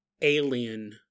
alien